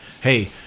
hey